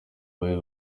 boys